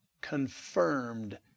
confirmed